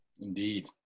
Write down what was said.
Indeed